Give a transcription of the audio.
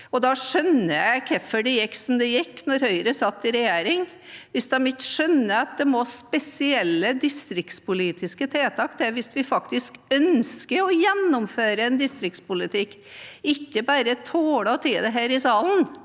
Jeg skjønner hvorfor det gikk som det gikk da Høyre satt i regjering, hvis de ikke skjønner at det må spesielle distriktspolitiske tiltak til hvis vi faktisk ønsker å gjennomføre en distriktspolitikk – ikke bare å snakke om det her i salen.